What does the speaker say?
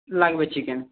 লাগবে চিকেন